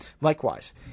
likewise